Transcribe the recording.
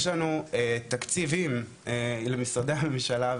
יש לנו תקציבים למשרדי הממשלה,